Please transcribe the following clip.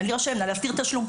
נא להשאיר תשלום.